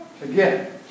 Again